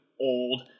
old